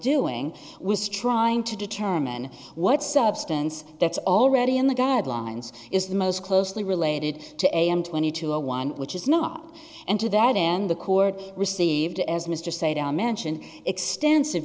doing was trying to determine what substance that's already in the guidelines is the most closely related to am twenty two a one which is not and to that end the court received as mr say down mention extensive